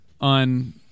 On